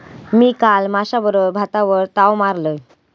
मी काल माश्याबरोबर भातावर ताव मारलंय